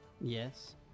Yes